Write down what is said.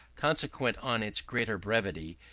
consequent on its greater brevity,